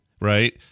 right